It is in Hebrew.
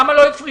למה לא הפריטו?